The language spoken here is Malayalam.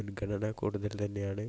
മുൻഗണന കൂടുതൽ തന്നെയാണ്